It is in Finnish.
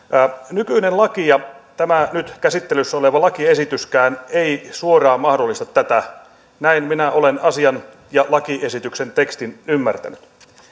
nykyinen laki ja tämä nyt käsittelyssä oleva lakiesityskään eivät suoraan mahdollista tätä näin minä olen asian ja lakiesityksen tekstin ymmärtänyt